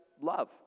love